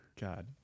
God